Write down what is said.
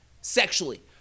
sexually